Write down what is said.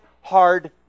hard